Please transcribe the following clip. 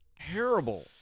terrible